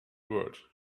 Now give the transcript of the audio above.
world